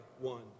one